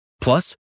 Plus